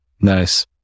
Nice